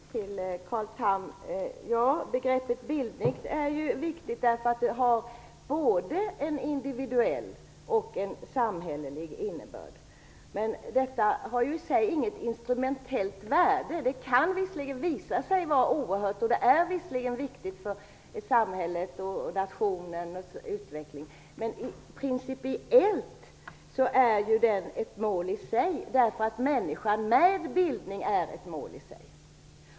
Herr talman! Till Carl Tham vill jag säga att begreppet bildning är viktigt därför att det har både en individuell och en samhällelig innebörd. Men detta har i sig inget instrumentellt värde. Det är visserligen viktigt för samhället och för nationens utveckling, men principiellt är bildningen ett mål i sig, därför att människan med bildning är ett mål i sig.